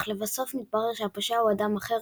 אך לבסוף מתברר שהפושע הוא אדם אחר,